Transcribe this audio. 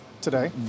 today